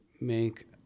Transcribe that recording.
make